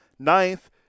Ninth